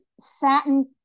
satin